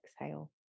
exhale